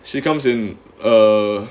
she comes in err